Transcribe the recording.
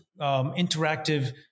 interactive